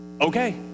okay